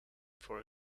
for